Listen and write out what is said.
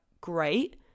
great